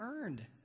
earned